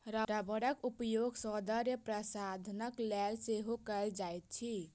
रबड़क उपयोग सौंदर्य प्रशाधनक लेल सेहो कयल जाइत अछि